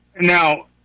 now